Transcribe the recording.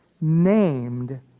Named